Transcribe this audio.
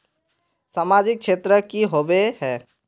सामाजिक क्षेत्र की होबे है?